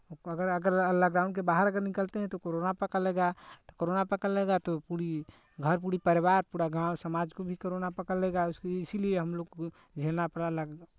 अगर अगर लॉकडाउन के बाहर अगर निकलते हैं तो कोरोना पकड़ लेगा तो कोरोना पकड़ लेगा तो पूरी घर पूरी परिवार पूरा गाँव समाज को भी कोरोना पकड़ लेगा उसकी इसीलिए हम लोग को झेलना पड़ा लॉक